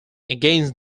against